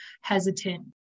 hesitant